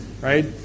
right